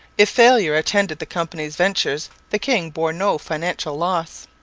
if failure attended the company's ventures the king bore no financial loss.